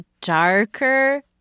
darker